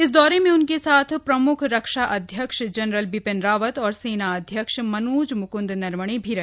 इस दौरे में उनके साथ प्रम्ख रक्षा अध्यक्ष जनरल बिपिन रावत और सेना अध्यक्ष मनोज मुक्न्द नरवणे भी रहे